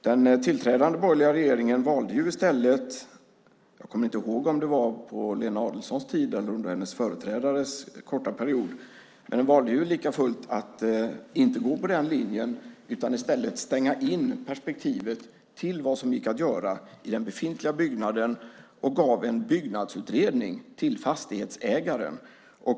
Den tillträdande borgerliga regeringen valde likafullt i stället - jag kommer inte ihåg om det var på Lena Adelsohn Liljeroths tid eller under hennes företrädares korta period - att inte gå på den linjen utan att i stället stänga in perspektivet till vad som gick att göra i den befintliga byggnaden och gav en byggnadsutredning till fastighetsägaren.